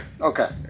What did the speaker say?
Okay